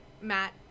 Matt